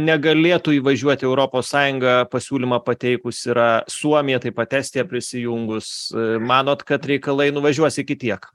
negalėtų įvažiuoti į europos sąjungą pasiūlymą pateikusi yra suomija taip pat estija prisijungus manot kad reikalai nuvažiuos iki tiek